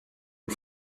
aux